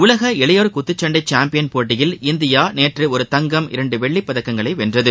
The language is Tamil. உலகஇளையோர்குத்துச்சண்டைசாம்பியன்போட்டியில்இந்தியாநேற்றுஒருதங்கம்இ ரண்டுவெள்ளிபதக்கங்களைவென்றது